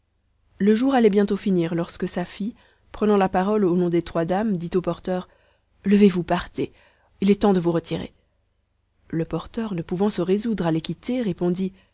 le jour allait bientôt finir lorsque safie prenant la parole au nom des trois dames dit au porteur levez-vous partez il est temps de vous retirer le porteur ne pouvant se résoudre à les quitter répondit